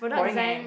boring eh